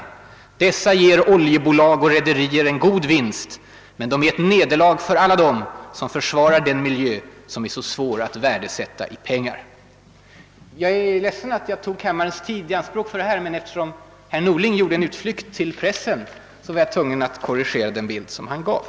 Dessa ger oljebolag och rederier god vinst, men de är ett nederlag för alla dem som försvarar den miljö som är så svår att värdesätta i pengar.» Jag är ledsen att jag tar kammarens tid i anspråk för detta. Men eftersom herr Norling gjorde en utflykt till pressen var jag tvungen att korrigera den bild som han gav.